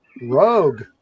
Rogue